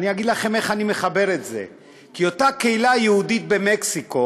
אני אגיד לכם איך אני מחבר את זה: אותה קהילה יהודית במקסיקו